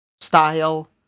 style